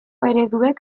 ereduek